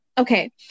Okay